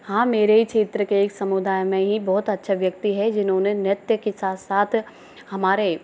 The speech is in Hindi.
हाँ मेरे क्षेत्र के एक समुदाय में ही बहुत अच्छे व्यक्ति हैं जिन्होंने नृत्य के साथ साथ हमारे